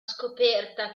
scoperta